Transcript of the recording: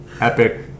Epic